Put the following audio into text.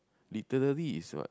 literary is what